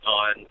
on